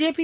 JP